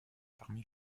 parmi